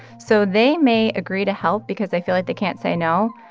so they may agree to help because they feel like they can't say no,